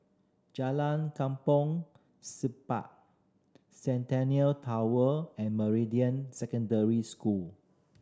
Jalan Kampong Siglap Centennial Tower and Meridian Secondary School